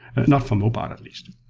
not for mobile, at least.